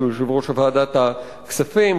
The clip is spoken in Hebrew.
שהוא יושב-ראש ועדת הכספים,